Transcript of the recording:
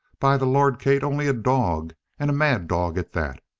by the lord, kate, only a dog and a mad dog at that.